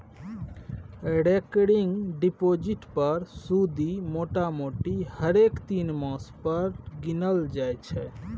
recurring deposit पर सुदि मोटामोटी हरेक तीन मास पर गिनल जाइ छै